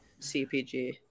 CPG